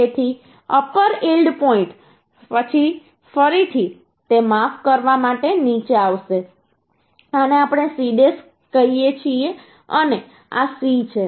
તેથી upper yield point પછી ફરીથી તે માફ કરવા માટે નીચે આવશે આને આપણે C' હીએ છીએ અને આ C છે